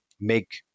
make